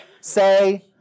Say